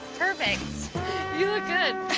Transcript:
perfect. you look good.